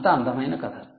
అంత అందమైన కథ